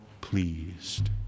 pleased